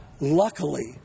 luckily